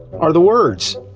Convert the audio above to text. are the words!